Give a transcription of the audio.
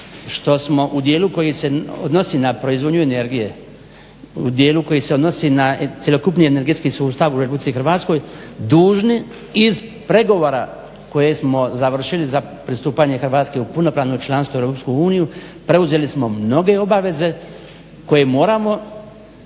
što smo u djelu koji se odnosi na proizvodnju energije, u djelu koji se odnosi na cjelokupni energetski sustav u RH dužni iz pregovora koje smo završili za pristupanje Hrvatske u punopravno članstvo u EU, preuzeli smo mnoge obaveze koje moramo